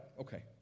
Okay